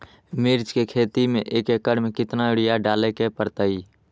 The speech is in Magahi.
मिर्च के खेती में एक एकर में कितना यूरिया डाले के परतई?